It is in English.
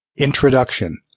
Introduction